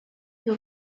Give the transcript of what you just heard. był